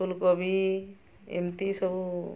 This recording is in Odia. ଫୁଲକୋବି ଏମିତି ସବୁ